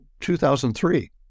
2003